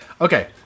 Okay